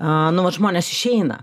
nu vat žmonės išeina